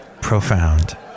profound